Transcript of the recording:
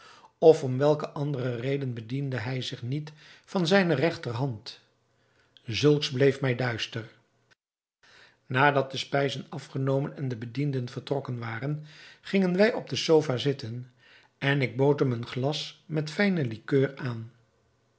of om welke andere reden bediende hij zich niet van zijne regterhand zulks bleef mij duister nadat de spijzen afgenomen en de bedienden vertrokken waren gingen wij op de sofa zitten en ik bood hem een glas met fijne likeur aan